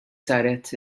saret